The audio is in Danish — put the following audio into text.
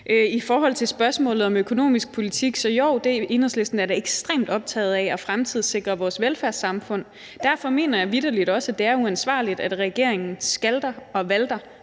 I forhold til spørgsmålet om økonomisk politik vil jeg sige, at jo, Enhedslisten er da ekstremt optaget af at fremtidssikre vores velfærdssamfund. Derfor mener jeg vitterlig også, at det er uansvarligt, at regeringen skalter og valter